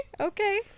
okay